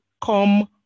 come